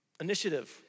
initiative